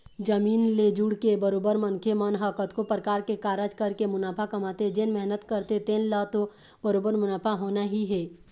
जमीन ले जुड़के बरोबर मनखे मन ह कतको परकार के कारज करके मुनाफा कमाथे जेन मेहनत करथे तेन ल तो बरोबर मुनाफा होना ही हे